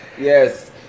Yes